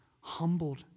humbled